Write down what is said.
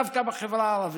דווקא בחברה הערבית,